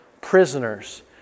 prisoners